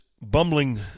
bumbling